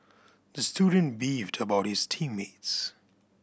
the student beefed about his team mates